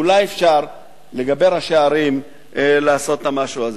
אולי אפשר, לגבי ראשי הערים, לעשות את המשהו הזה.